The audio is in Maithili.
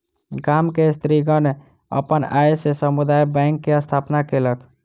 गाम के स्त्रीगण अपन आय से समुदाय बैंक के स्थापना केलक